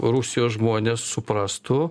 rusijos žmonės suprastų